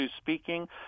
speaking